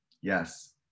yes